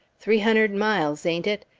three hunnerd miles, ain't it?